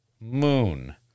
Moon